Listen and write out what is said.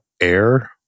air